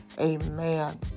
Amen